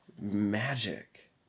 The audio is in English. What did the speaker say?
magic